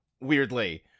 weirdly